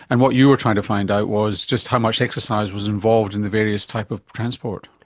and what you were trying to find out was just how much exercise was involved in the various type of transport.